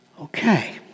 Okay